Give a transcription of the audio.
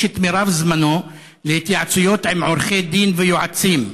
את מרב זמנו להתייעצויות עם עורכי דין ויועצים"